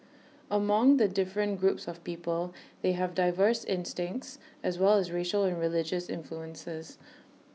among the different groups of people they have diverse instincts as well as racial and religious influences